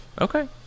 Okay